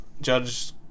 judge